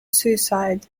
suicide